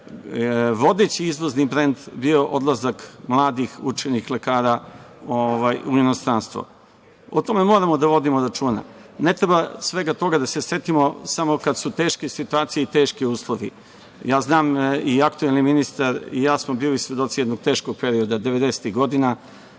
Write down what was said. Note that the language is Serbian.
vodeći izvozni brend bio odlazak mladih učenih lekara u inostranstvo. O tome moramo da vodimo računa. Ne treba svega toga da se setimo samo kada su teške situacije i teški uslovi. Aktuelni ministar i ja smo bili svedoci jednog teškog perioda devedesetih godina,